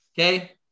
Okay